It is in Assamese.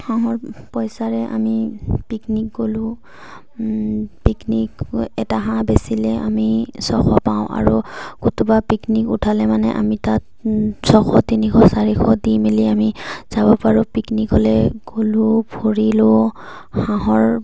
হাঁহৰ পইচাৰে আমি পিকনিক গ'লোঁ পিকনিক এটা হাঁহ বেচিলে আমি ছশ পাওঁ আৰু কোনোবা পিকনিক উঠালে মানে আমি তাত ছশ তিনিশ চাৰিশ দি মেলি আমি যাব পাৰোঁ পিকনিকলৈ গ'লোঁ ফুৰিলোঁ হাঁহৰ